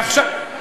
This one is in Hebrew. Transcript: העלית את קרנו.